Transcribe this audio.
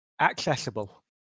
accessible